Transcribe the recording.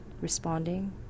responding